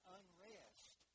unrest